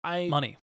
Money